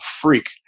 freak